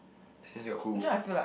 that's your who